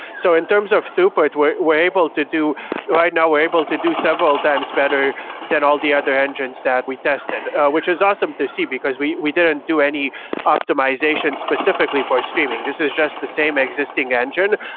so in terms of support, we're we're able to do right now we're able to do several times better than all the other engines that we tested, which is awesome to see because we we didn't do any optimization specifically for streaming. this is just the same existing engine.